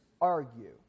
argue